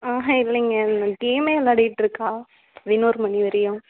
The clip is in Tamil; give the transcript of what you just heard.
ஆஹான் இல்லைங்க கேமே விளையாடிக்கிட்டு இருக்கா பதினோறு மணி வரையும்